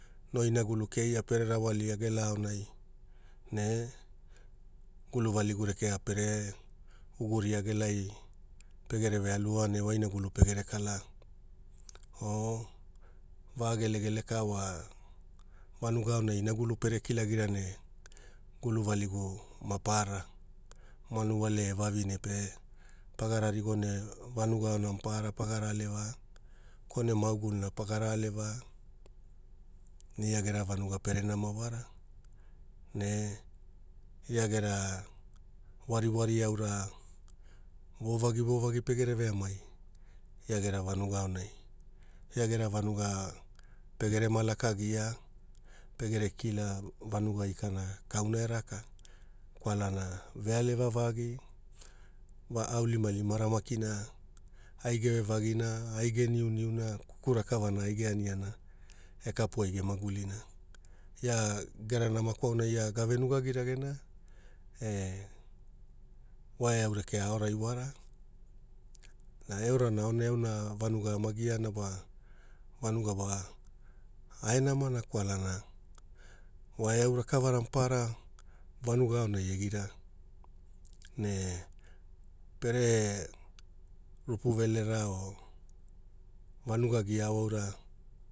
No inagulu keia pere rawalia gela aonai ne guluvaligu rekea pere uguria gelai pegereve aluoa ne wa inagulu pegere kalaa o va gelegele ka wa vanuga aonai inagulu pere kilagira ne guluvaligu maparara manuwale e vavine pe pagara rigo ne vanuga aona maparara pagara alevaa kone maguguluna pagara alevaa ne ia gera vanuga pere nama wara ne ia gera wari wari aura vovagi vovagi pegere veamai ia gera vanuga aonai ia gera vanuga pegere ma laka gia pegere kila vanuga ikana kauna eraka kwalana vealeva vagi aunilimalimara makina ai geve vagina ai ge niuniuna kuku rakavana ai ge aniana e kapuai gemagulina ia gera nama kwauna ia gave nugagi ragena e wa eau rekea aorai wara na e orana aonai vanuga ama giana wa vanuga wa ae namana kwalana wa eau ravakara maparara vanuga aonai egira ne pere rupu velera o vanuga gia ao aura